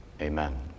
Amen